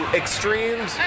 extremes